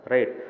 Right